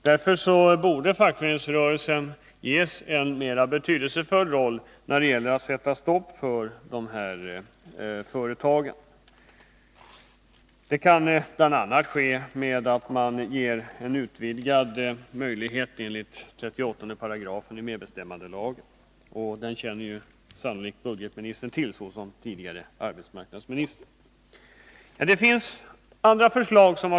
Därför borde fackföreningsrörelsen ges en mer betydelsefull roll när det gäller att sätta stopp för dessa företag. Det kan bl.a. ske genom att facket ges utvidgade möjligheter enligt 38 § medbestämmandelagen — och den känner sannolikt budgetministern till såsom förutvarande arbetsmarknadsminis 21 ter. Det finns även andra förslag.